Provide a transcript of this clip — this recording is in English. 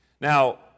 Now